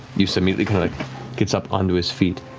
yussa immediately kind of gets up onto his feet.